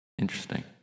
Interesting